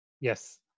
Yes